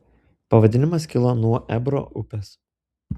pavadinimas kilo nuo ebro upės